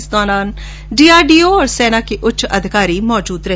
इस दौरान डीआरडीओ और सेना उच्च अधिकारी मौजुद रहे